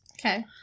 Okay